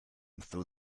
through